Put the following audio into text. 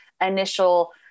initial